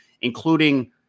including